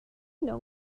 know